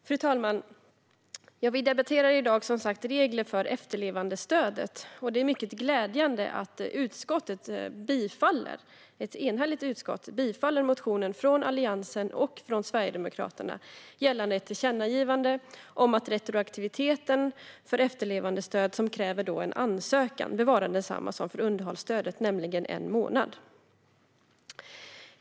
Fru talman! Vi debatterar i dag regler för efterlevandestödet. Det är mycket glädjande att ett enhälligt utskott bifaller motionen från Alliansen och från SD gällande ett tillkännandegivande om att retroaktiviteten för efterlevandestöd som kräver ansökan bör vara densamma som för underhållsstödet, nämligen en månad.